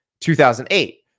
2008